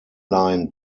line